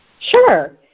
Sure